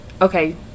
Okay